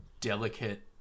delicate